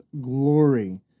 glory